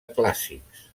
clàssics